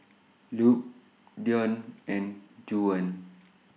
Lupe Deon and Juwan